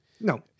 No